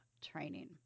training